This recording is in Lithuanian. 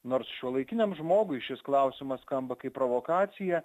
nors šiuolaikiniam žmogui šis klausimas skamba kaip provokacija